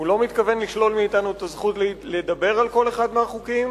הוא לא מתכוון לשלול מאתנו את הזכות לדבר על כל אחד מהחוקים,